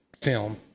film